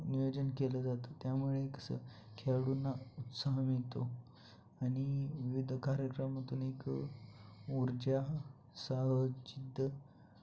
नियोजन केलं जातं त्यामुळे कसं खेळाडूंना उत्साह मिळतो आणि विविध कार्यक्रमातून एक ऊर्जा साहस जिद्द